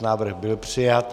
Návrh byl přijat.